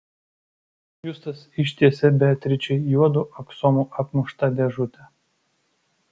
justas ištiesė beatričei juodu aksomu apmuštą dėžutę